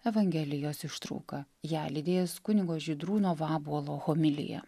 evangelijos ištrauka ją lydės kunigo žydrūno vabuolo homilija